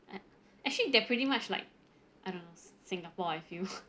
and actually they're pretty much like I don't know s~ singapore I feel